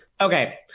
Okay